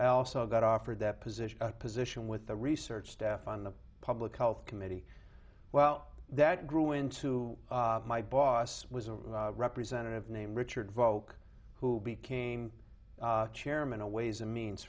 i also got offered that position a position with the research staff on the public health committee well that grew into my boss was a representative named richard valcke who became chairman a ways and means